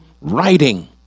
writing